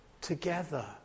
together